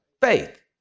faith